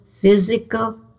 physical